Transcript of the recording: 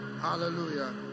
Hallelujah